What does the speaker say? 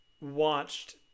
watched